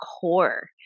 core